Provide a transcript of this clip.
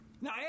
Now